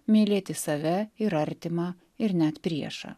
mylėti save ir artimą ir net priešą